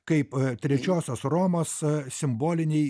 kaip trečiosios romos simboliniai